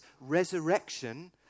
resurrection